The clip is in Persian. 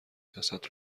جسد